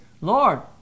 Lord